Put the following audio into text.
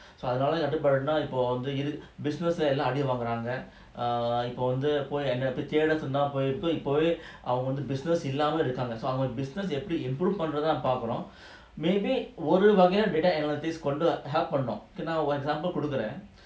so அதனாலஇப்போஇது:adhanala ipo idhu business lah எல்லோரும்அடிவாங்குறாங்க:ellorum adi vanguranga err இப்போவந்துஎங்களைதேடசொன்னா:ipo vandhu engala theda sonna business இல்லாமையும்இருக்குறாங்க:illamayum irukuranga so அவங்க:avanga business எப்படி:epdi improve பண்றதுதான்பார்க்கணும்:panrathuthan parkanum maybe ஒருவகைள:oru vagaila data analytics கொண்டு:kondu help பண்ணனும்:pannanum one example கொடுக்குறேன்:kodukuren